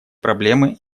проблемы